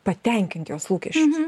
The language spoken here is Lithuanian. patenkint jos lūkesčius